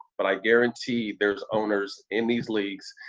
but i guarantee there's owners in these leagues